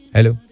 Hello